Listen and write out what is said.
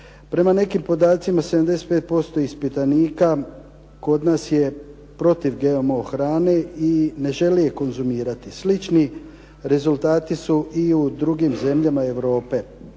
Prema nekim podacima 75% ispitanika kod nas je protiv GMO hrane i ne želi je konzumirati. Slični rezultati su i u drugim zemljama Europe.